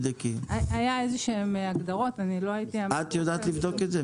את יודעת לבדוק את זה?